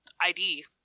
ID